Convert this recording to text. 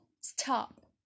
stop